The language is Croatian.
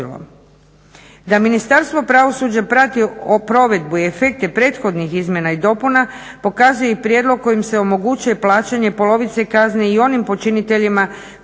Da Ministarstvo pravosuđa prati provedbu i efekte prethodnih izmjena i dopuna pokazuje i prijedlog kojim se omogućuje plaćanje polovice kazne i onim počiniteljima koji u